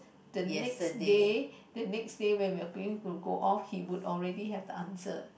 the next day the next day when we're going to go off he would already have the answer